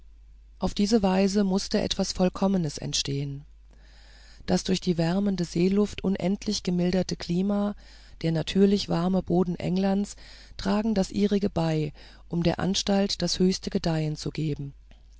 auf diese weise mußte etwas sehr vollkommenes entstehen das durch die wärmende seeluft unendlich gemilderte klima der natürlich warme boden englands tragen das ihrige bei um der anstalt das höchste gedeihen zu geben